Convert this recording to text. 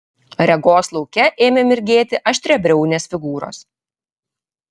regos lauke ėmė mirgėti aštriabriaunės figūros